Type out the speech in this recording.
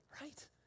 right